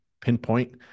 pinpoint